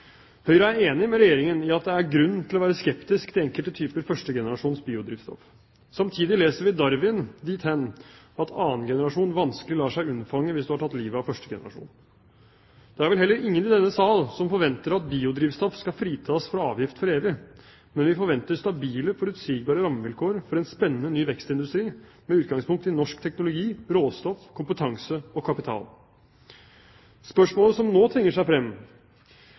Høyre er enig med Regjeringen i at det er grunn til å være skeptisk til enkelte typer første generasjons biodrivstoff. Samtidig leser vi Darwin dit hen at annen generasjon vanskelig lar seg unnfange hvis du har tatt livet av første generasjon. Det er vel heller ingen i denne sal som forventer at biodrivstoff skal fritas for avgift for evig, men vi forventer stabile, forutsigbare rammevilkår for en spennende ny vekstindustri med utgangspunkt i norsk teknologi, råstoff, kompetanse og kapital. Spørsmålet som nå tvinger seg frem,